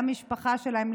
למשפחה שלהם,